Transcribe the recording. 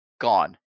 gone